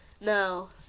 No